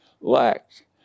lacked